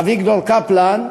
אביגדור קפלן,